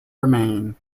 remain